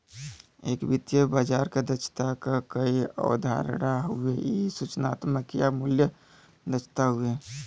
एक वित्तीय बाजार क दक्षता क कई अवधारणा हउवे इ सूचनात्मक या मूल्य दक्षता हउवे